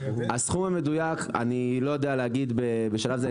הסכום המדויק אני לא יודע להגיד בשלב זה,